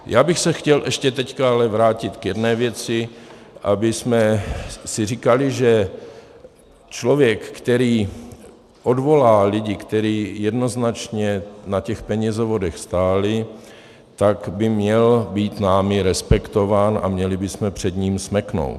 Já bych se chtěl ještě teď ale vrátit k jedné věci abychom si říkali, že člověk, který odvolá lidi, kteří jednoznačně na těch penězovodech stáli, by měl být námi respektován a měli bychom před ním smeknout.